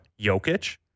Jokic